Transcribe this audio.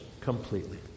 completely